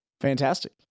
Fantastic